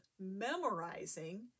memorizing